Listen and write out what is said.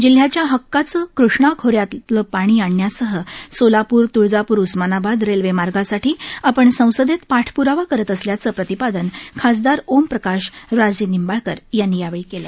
जिल्ह्याच्या हक्काच कृष्णा खोऱ्यातल्या पाणी आणण्यासह सोलापूर तुळजापूर उस्मानाबाद रेल्वे मार्गासाठी आपण संसदेत पाठप्रावा करत असल्याचं प्रतिपादन खासदार ओमप्रकाश राजेनिंबाळकर यांनी यावेळी सांगितलं